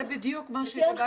זה בדיוק לב